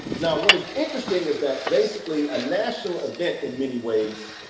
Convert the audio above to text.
now what is interesting is that basically a national event in many ways,